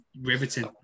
riveting